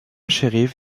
sheriff